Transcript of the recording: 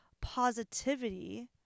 positivity